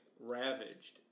ravaged